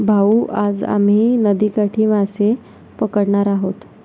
भाऊ, आज आम्ही नदीकाठी मासे पकडणार आहोत